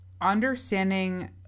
understanding